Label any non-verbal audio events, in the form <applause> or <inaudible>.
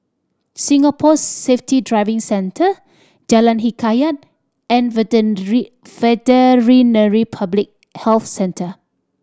Singapore Safety Driving Centre Jalan Hikayat and <unintelligible> Veterinary Public Health Centre